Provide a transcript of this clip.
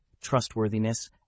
trustworthiness